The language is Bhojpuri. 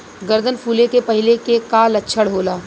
गर्दन फुले के पहिले के का लक्षण होला?